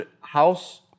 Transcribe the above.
house